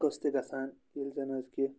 قٕصہٕ تہِ گژھان ییٚلہِ زَنہٕ حظ کہِ